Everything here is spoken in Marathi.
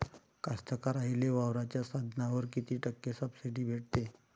कास्तकाराइले वावराच्या साधनावर कीती टक्के सब्सिडी भेटते?